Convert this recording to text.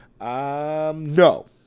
No